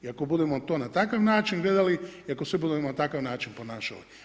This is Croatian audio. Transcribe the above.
I ako budemo to na takav način gledali i ako se budemo na takav način ponašali.